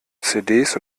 cds